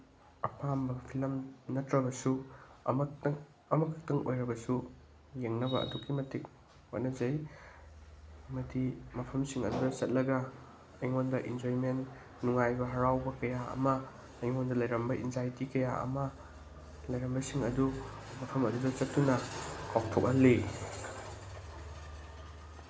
ꯑꯌꯥꯝꯕ ꯐꯤꯂꯝ ꯅꯠꯇ꯭ꯔꯕꯁꯨ ꯑꯃꯈꯛꯇꯪ ꯑꯣꯏꯔꯕꯁꯨ ꯌꯦꯡꯅꯕ ꯑꯗꯨꯛꯀꯤ ꯃꯇꯤꯛ ꯍꯣꯠꯅꯖꯩ ꯑꯃꯗꯤ ꯃꯐꯝꯁꯤꯡ ꯑꯗꯨꯗ ꯆꯠꯂꯒ ꯑꯩꯉꯣꯟꯗ ꯏꯟꯖꯣꯏꯃꯦꯟ ꯅꯨꯡꯉꯥꯏꯕ ꯍꯔꯥꯎꯕ ꯀꯌꯥ ꯑꯃ ꯑꯩꯉꯣꯟꯗ ꯂꯩꯔꯝꯕ ꯏꯟꯖꯥꯏꯇꯤ ꯀꯌꯥ ꯑꯃ ꯂꯩꯔꯝꯕꯁꯤꯡ ꯑꯗꯨ ꯃꯐꯝ ꯑꯗꯨꯗ ꯆꯠꯇꯨꯅ ꯀꯥꯎꯊꯣꯛꯍꯜꯂꯤ